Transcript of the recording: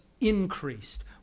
increased